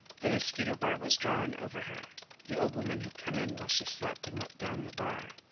the mosquito bar was drawn over her the old woman had come in while she slept and let down the bar.